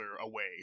away